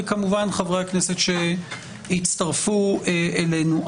וכמובן את חברי הכנסת שהצטרפו אלינו.